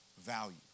value